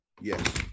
yes